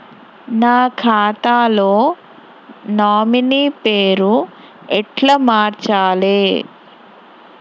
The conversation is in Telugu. నా ఖాతా లో నామినీ పేరు ఎట్ల మార్చాలే?